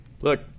Look